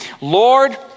Lord